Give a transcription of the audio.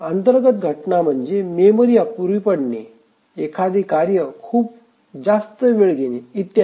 अंतर्गत घटना म्हणजे मेमरी अपुरी पडणे एखादे कार्य खूप जास्त वेळ घेणे इत्यादी